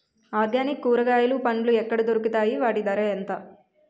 Organic కూరగాయలు పండ్లు ఎక్కడ దొరుకుతాయి? వాటి ధర ఎంత?